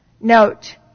Note